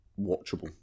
watchable